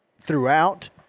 throughout